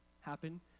happen